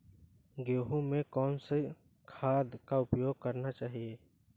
गेहूँ में कौन सा खाद का उपयोग करना चाहिए?